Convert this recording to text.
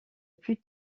plus